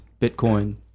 bitcoin